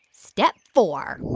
step four,